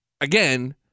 again